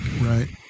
Right